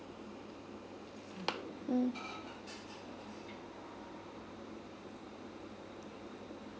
mm